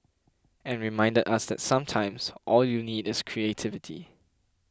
and reminded us that sometimes all you need is creativity